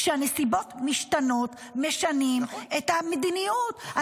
כשהנסיבות משתנות, משנים את המדיניות.